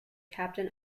captain